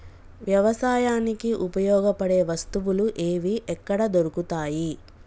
వ్యవసాయానికి ఉపయోగపడే వస్తువులు ఏవి ఎక్కడ దొరుకుతాయి?